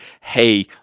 hey